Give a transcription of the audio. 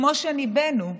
כמו שניבאנו,